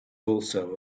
also